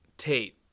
Tate